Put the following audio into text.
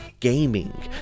Gaming